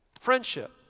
friendship